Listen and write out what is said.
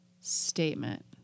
statement